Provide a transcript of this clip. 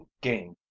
game